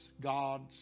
God's